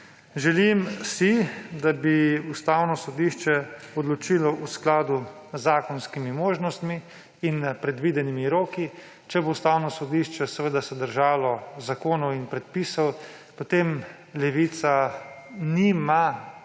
Želim si, da bi Ustavno sodišče odločilo v skladu z zakonskimi možnostmi in v predvidenim rokih. Če se bo Ustavno sodišče držalo zakonov in predpisov, potem Levica nima